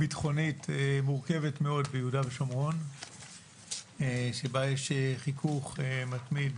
ביטחונית מורכבת מאוד ביהודה ושומרון שבה יש חיכוך מתמיד